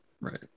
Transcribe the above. right